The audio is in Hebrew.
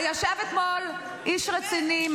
ישב אתמול איש רציני,